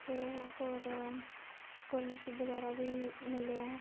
ते होर स्कॉलरशिप बगैरा बी मिलेआ ऐ